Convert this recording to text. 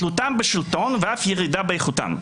תלותם בשלטון ואף ירידה באיכותם,